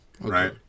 right